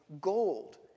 gold